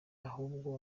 ahubwo